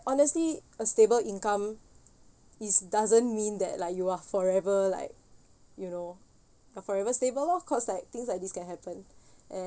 honestly a stable income is doesn't mean that like you are forever like you know ah forever stable lor cause like things like this can happen